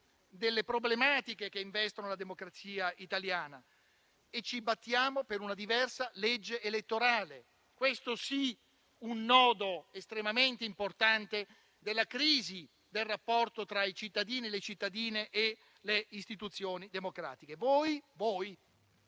delle problematiche che investono la democrazia italiana. E ci battiamo per una diversa legge elettorale, che, questa sì, è un nodo estremamente importante della crisi del rapporto tra i cittadini e le cittadine e le istituzioni democratiche. Voi -